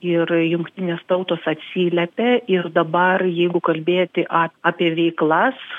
ir jungtinės tautos atsiliepia ir dabar jeigu kalbėti apie veiklas